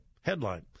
headline